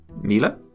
Mila